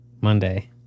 Monday